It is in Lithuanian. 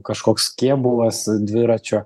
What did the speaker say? kažkoks kėbulas dviračio